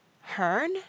Hearn